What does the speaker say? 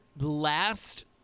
last